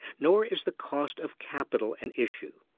nor is the cost of capital an issue.